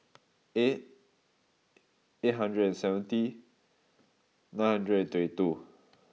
eight eight hundred and seventy nine hundred and twenty two